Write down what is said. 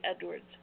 Edwards